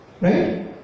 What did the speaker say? Right